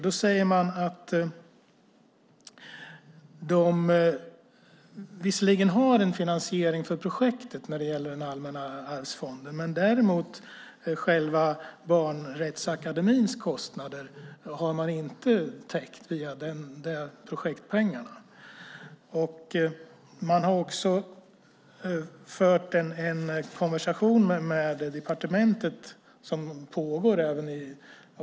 Man säger att man visserligen har en finansiering av projektet från Allmänna arvsfonden, men själva Barnrättsakademins kostnader har man inte täckt via projektpengarna. Man för också en konversation med departementet.